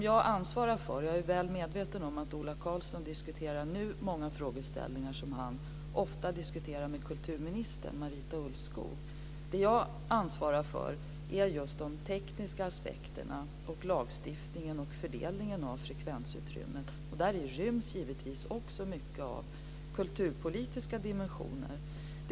Jag är väl medveten om att Ola Karlsson nu diskuterar många frågeställningar som han ofta diskuterar med kulturminister Marita Ulvskog. Jag ansvarar för just de tekniska aspekterna, lagstiftningen och fördelningen av frekvensutrymmet. Däri ryms givetvis också mycket av kulturpolitiska dimensioner.